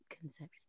conception